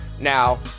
Now